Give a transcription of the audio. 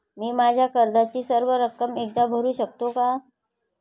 मी माझ्या कर्जाची सर्व रक्कम एकदा भरू शकतो का?